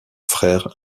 frères